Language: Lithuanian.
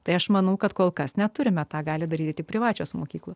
tai aš manau kad kol kas neturime tą gali daryti privačios mokyklos